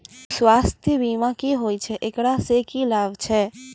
स्वास्थ्य बीमा की होय छै, एकरा से की लाभ छै?